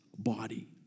body